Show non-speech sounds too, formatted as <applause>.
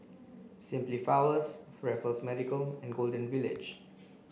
Simply Flowers <unintelligible> Medical and Golden Village